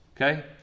Okay